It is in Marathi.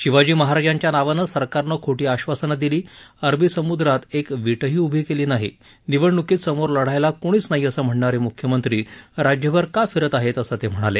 शिवाजी महाराजांच्या नावानं सरकारनं खोटी आधासनं दिली अरबी समुद्रात एक वीटही उभी केली नाही निवडणूकीत समोर लढायला कुणीच नाही असं म्हणणारे मुख्यमंत्री राज्यभर का फिरत आहेत असं ते म्हणाले